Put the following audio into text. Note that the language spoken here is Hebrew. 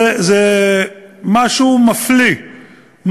זה משהו מפליא,